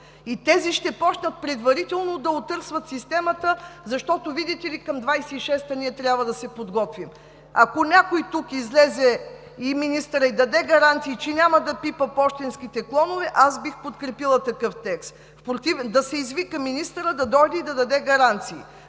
И тези ще започнат предварително да отърсват системата, защото, видите ли, за 2026 г. ние трябва да се подготвим. Ако някой тук излезе, може би министърът, и даде гаранции, че няма да пипа пощенските клонове, аз бих подкрепила такъв текст. Да се извика министърът да дойде и да даде гаранции.